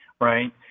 right